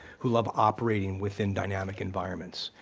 who love operating within dynamic environments,